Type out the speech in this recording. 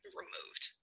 removed